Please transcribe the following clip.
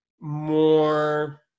more